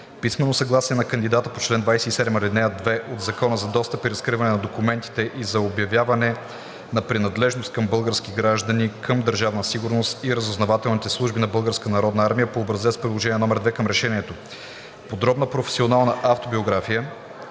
писмено съгласие на кандидата по чл. 27, ал. 2 от Закона за достъп и разкриване на документите и за обявяване на принадлежност на български граждани към Държавна сигурност и разузнавателните служби на Българската народна армия по образец – приложение № 2 към решението; - подробна професионална автобиография;